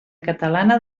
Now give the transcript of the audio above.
catalana